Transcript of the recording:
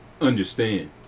Understand